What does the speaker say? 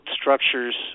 structures